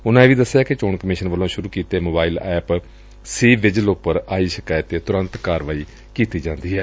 ਉਨੂਾ ਇਹ ਵੀ ਦਸਿਆ ਕਿ ਚੋਣ ਕਮਿਸ਼ਨ ਵੱਲੋਂ ਸੁਰੂ ਕੀਤੇ ਗਏ ਮੋਬਾਈਲ ਐਪ ਸੀ ਵਿਜਿਲ ਉਪਰ ਆਈ ਸ਼ਿਕਾਇਤ ਤੇ ਤੁਰੰਤ ਕਾਰਵਾਈ ਕੀਤੀ ਜਾਂਦੀ ਏ